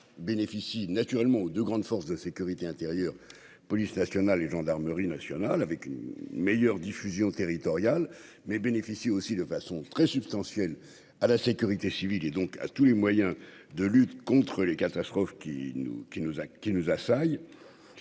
bénéficie naturellement aux deux grandes forces de sécurité intérieure, police nationale et gendarmerie nationale avec une meilleure diffusion territoriale mais bénéficie aussi de façon très substantielle à la sécurité civile et donc à tous les moyens de lutte contre les catastrophes qui nous qui